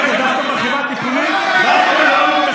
הרכיבה הטיפולית, בכמה היא התייקרה?